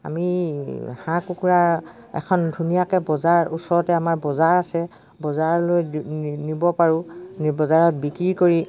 আমি হাঁহ কুকুৰা এখন ধুনীয়াকৈ বজাৰ ওচৰতে আমাৰ বজাৰ আছে বজাৰলৈ নিব পাৰোঁ নিব বজাৰত বিক্ৰী কৰি